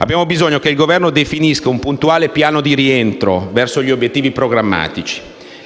Abbiamo bisogno che il Governo definisca un puntuale piano di rientro verso gli obiettivi programmatici